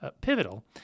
pivotal